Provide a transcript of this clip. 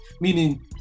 meaning